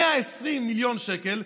120 מיליון שקל,